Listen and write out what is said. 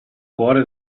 cuore